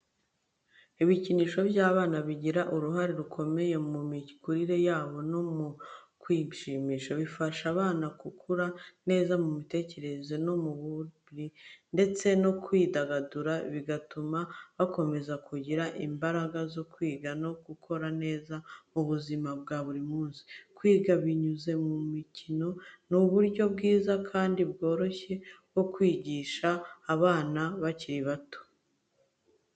Ibikinisho by’abana bigira uruhare rukomeye mu mikurire yabo no mu kwishimisha. Bifasha abana gukura neza mu mitekerereze no mu mubiri, ndetse no kwidagadura bigatuma bakomeza kugira imbaraga zo kwiga no gukora neza mu buzima bwa buri munsi. Kwiga binyuze mu mikino ni uburyo bwiza kandi bworoshye bwo kwigisha abana bakiri bato.